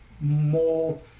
more